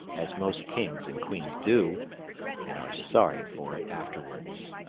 as most kings and queens do and are sorry for it afterwards.